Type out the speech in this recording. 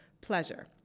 pleasure